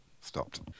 stopped